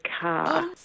car